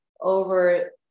over